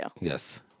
Yes